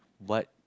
what